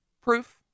proof